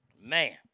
Man